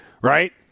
right